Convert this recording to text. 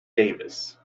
davis